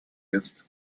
ist